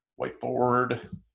Whiteboard